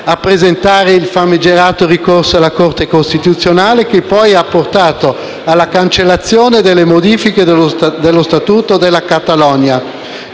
a presentare il famigerato ricorso alla Corte costituzionale, che poi ha portato alla cancellazione delle modifiche dello statuto della Catalogna.